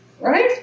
Right